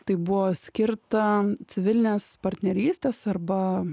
tai buvo skirta civilinės partnerystės arba